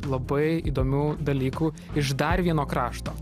labai įdomių dalykų iš dar vieno krašto